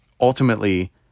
Ultimately